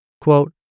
Quote